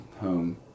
home